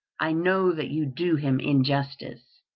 i know that you do him injustice.